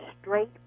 straight